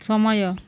ସମୟ